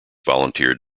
volunteered